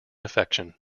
affection